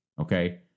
Okay